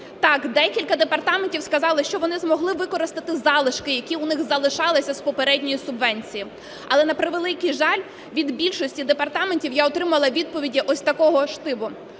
Так, декілька департаментів сказали, що вони змогли використати залишки, які у них залишалися з попередньої субвенції. Але, на превеликий жаль, від більшості департаментів я отримала відповіді ось такого штибу.